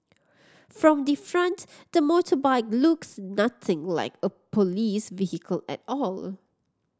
from the front the motorbike looks nothing like a police vehicle at all